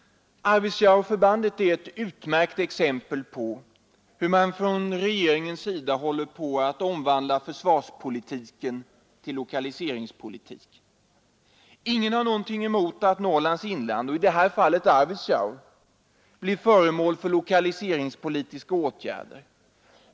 Arvidsjaurförbandet är ett utmärkt exempel på hur man från regeringens sida håller på att omvandla försvarspolitiken till lokaliseringspolitik. Ingen har någonting emot att Norrlands inland — och i det här fallet Arvidsjaur — blir föremål för lokaliseringspolitiska åtgärder.